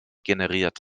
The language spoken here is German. generiert